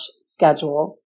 schedule